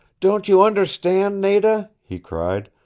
don't you understand, nada? he cried.